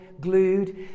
glued